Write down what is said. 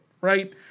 right